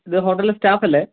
ഇത് ഹോട്ടലിലെ സ്റ്റാഫല്ലേ